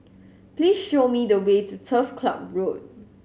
please show me the way to Turf Club Road